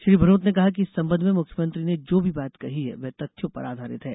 श्री भनौत ने कहा कि इस संबंध में मुख्यमंत्री जो भी बात कहीं है वह तथ्यों पर आधारित है